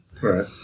Right